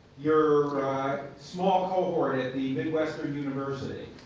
your small cohort at the midwestern university.